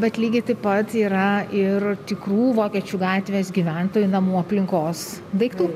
bet lygiai taip pat yra ir tikrų vokiečių gatvės gyventojų namų aplinkos daiktų